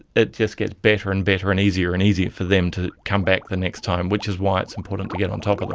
it just gets better and better and easier and easier for them to come back the next time, which is why it's important to get on top of them.